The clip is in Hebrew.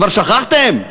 כבר שכחתם?